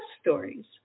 Stories